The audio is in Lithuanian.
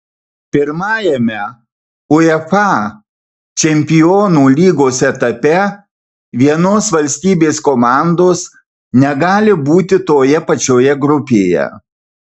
pirmajame uefa čempionų lygos etape vienos valstybės komandos negali būti toje pačioje grupėje